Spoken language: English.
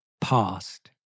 past